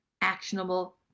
actionable